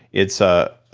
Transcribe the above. it's a